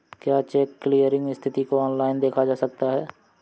क्या cheque clearing स्थिति को ऑनलाइन देखा जा सकता है?